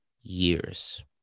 years